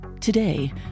Today